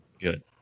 Good